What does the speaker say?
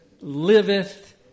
liveth